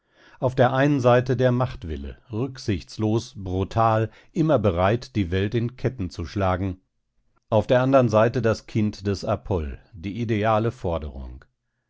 auf der einen seite der machtwille rücksichtslos brutal immer bereit die welt in ketten zu schlagen auf der andern seite das kind des apoll die ideale forderung